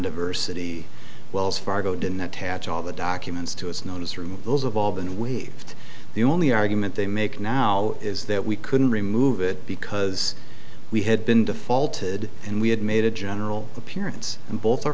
diversity wells fargo didn't attach all the documents to its notice remove those of all been waived the only argument they make now is that we couldn't remove it because we had been defaulted and we had made a general appearance and both our